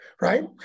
right